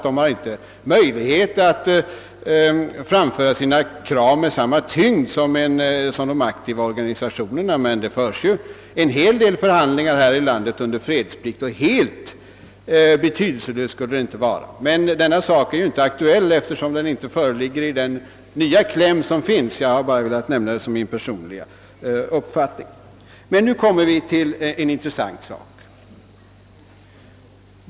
De har inte möjlighet att framföra sina krav med samma tyngd som de aktiva organisationerna, Det föres emellertid en hel del förhandllingar i detta land under fredsplikt, Helt betydelselösa skulle dessa förhandlingar sålunda inte vara. Denna fråga är emellertid inte aktuell just nu eftersom den inte berörs i den nya klämmen. Sedan kommer vi till en intressant sak.